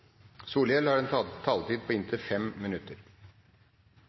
ordet, har en taletid på inntil 3 minutter.